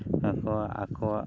ᱟᱠᱚᱣᱟᱜ ᱟᱠᱚᱣᱟᱜ